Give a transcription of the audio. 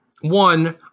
One